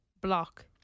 Block